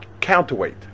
counterweight